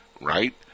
right